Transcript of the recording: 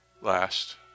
Last